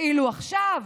ואילו עכשיו,